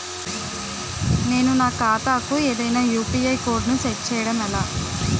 నేను నా ఖాతా కు ఏదైనా యు.పి.ఐ కోడ్ ను సెట్ చేయడం ఎలా?